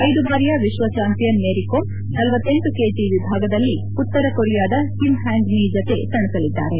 ಐದು ಬಾರಿಯ ವಿಶ್ವ ಚಾಂಪಿಯನ್ ಮೇರಿ ಕೋಮ್ ಳಲ ಕೆಜಿ ವಿಭಾಗದಲ್ಲಿ ಉತ್ತರ ಕೊರಿಯಾದ ಕಿಮ್ ಹ್ಯಾಂಗ್ ಮಿ ಜತೆ ಸೆಣಸಲಿದ್ದಾರೆ